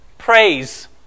praise